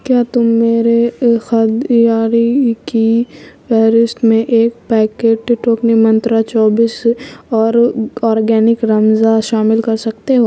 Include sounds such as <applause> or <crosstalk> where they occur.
کیا تم میرے <unintelligible> خریداری کی فہرست میں ایک پیکٹ ٹوٹنی منترا چوبیس اور اورگینک رمزا شامل کر سکتے ہو